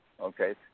okay